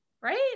right